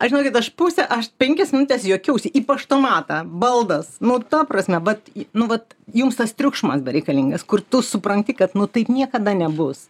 aš žinokit aš pusę aš penkias minutes juokiausi į paštomatą baldas nu ta prasme vat nu vat jums tas triukšmas bereikalingas kur tu supranti kad taip niekada nebus